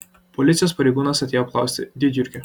policijos pareigūnas atėjo apklausti didjurgio